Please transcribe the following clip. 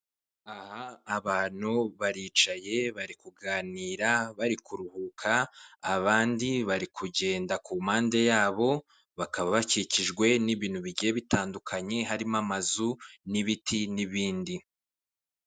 Aha abantu baricaye bari kuganira bari kuruhuka abandi bari kugenda ku mpande yabo, bakaba bakikijwe n'ibintu bigiye bitandukanye harimo amazu n'ibiti n'ibindi.